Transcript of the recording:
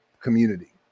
community